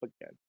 again